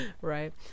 right